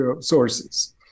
sources